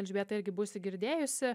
elžbieta irgi būsi girdėjusi